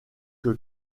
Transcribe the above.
que